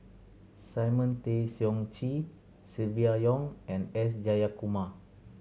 Simon Tay Seong Chee Silvia Yong and S Jayakumar